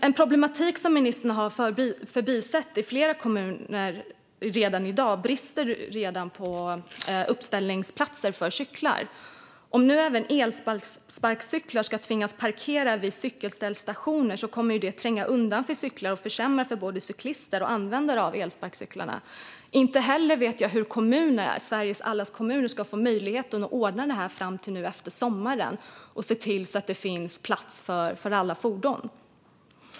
En problematik som ministern har förbisett är att det i flera kommuner redan i dag finns brister när det gäller uppställningsplatser för cyklar. Om även elsparkcyklar ska tvingas parkera vid cykelställstationer kommer det att tränga undan cyklar och försämra för både cyklister och användare av elsparkcyklar. Jag vet inte heller hur Sveriges alla kommuner ska ha möjlighet att ordna det här till nu efter sommaren. Hur ska de se till att det finns plats för alla fordon?